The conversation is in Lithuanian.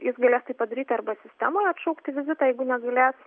jis galės tai padaryti arba sistemoje atšaukti vizitą jeigu negalės